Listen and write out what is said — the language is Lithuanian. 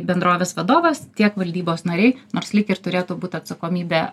bendrovės vadovas tiek valdybos nariai nors lyg ir turėtų būt atsakomybė